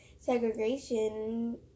Segregation